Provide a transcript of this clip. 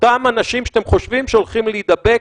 אותם אנשים שאתם חושבים שהולכים להידבק,